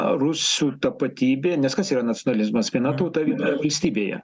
rusų tapatybė nes kas yra nacionalizmas viena tauta valstybėje